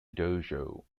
dojo